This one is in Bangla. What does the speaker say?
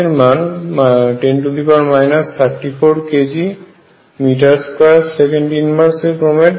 এর মান 10 34 kg m² s⁻¹ ক্রমের